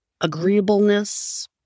agreeableness